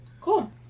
Cool